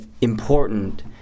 important